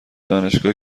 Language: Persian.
دانشگاه